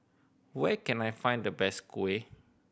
where can I find the best kuih